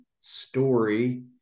story